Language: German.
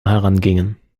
herangingen